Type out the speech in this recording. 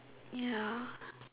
ya